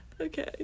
Okay